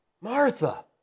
Martha